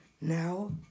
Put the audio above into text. now